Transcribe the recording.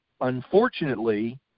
unfortunately